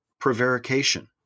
prevarication